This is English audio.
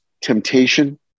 temptation